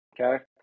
okay